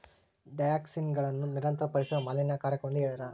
ಡಯಾಕ್ಸಿನ್ಗಳನ್ನು ನಿರಂತರ ಪರಿಸರ ಮಾಲಿನ್ಯಕಾರಕವೆಂದು ಹೇಳ್ಯಾರ